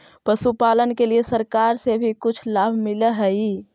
पशुपालन के लिए सरकार से भी कुछ लाभ मिलै हई?